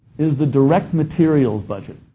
is the direct materials budget.